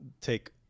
take